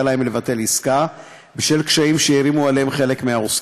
להם לבטל עסקה בשל קשיים שהערימו עליהם חלק מהעוסקים.